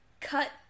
cut